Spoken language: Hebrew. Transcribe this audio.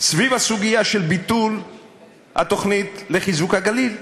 סביב הסוגיה של ביטול התוכנית לחיזוק הגליל.